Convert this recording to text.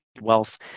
wealth